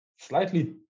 slightly